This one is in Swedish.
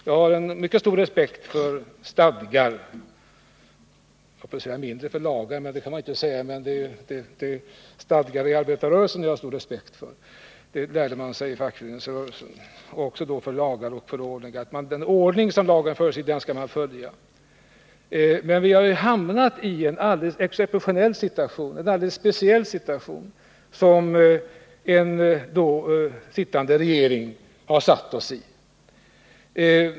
Jag har mycket stor respekt för stadgar — jag höll på att säga mindre för lagar, men det kan man ju inte säga. Det är stadgar inom arbetarrörelsen som jag har stor respekt för. Det lärde man sig inom fackföreningsrörelsen liksom också att man skall följa den ordning som lagar och förordningar föreskriver. Men vi har hamnat i en alldeles exceptionell situation, som en tidigare regering har försatt oss i.